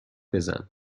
بزن